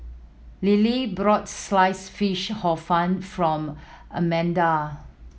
Lilie brought Sliced Fish Hor Fun from Almedia